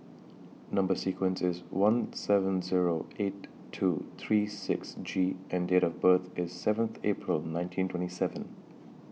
Number sequence IS one seven Zero eight two three six G and Date of birth IS seventh April nineteen twenty seven